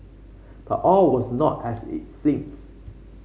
but all was not as it seemed